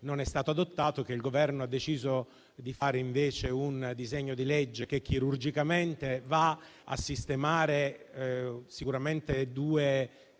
non è stato adottato; il Governo ha deciso per un disegno di legge che chirurgicamente va a sistemare sicuramente due falle